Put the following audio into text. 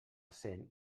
cent